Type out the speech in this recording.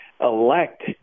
elect